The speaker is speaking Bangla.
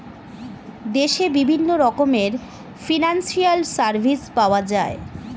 দেশে বিভিন্ন রকমের ফিনান্সিয়াল সার্ভিস পাওয়া যায়